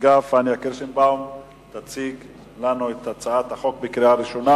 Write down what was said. תציגי לנו את הצעת החוק לקריאה ראשונה.